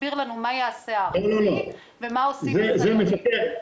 תסביר לנו מה יעשה המפקח הארצי ומה עושים המפקחים הסיירים.